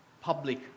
public